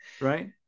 right